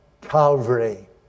Calvary